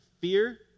fear